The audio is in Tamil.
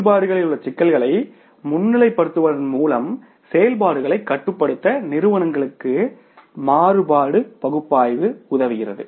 செயல்பாடுகளில் உள்ள சிக்கல்களை முன்னிலைப்படுத்துவதன் மூலம் செயல்பாடுகளை கட்டுப்படுத்த நிறுவனங்களுக்கு மாறுபாடு பகுப்பாய்வு உதவுகிறது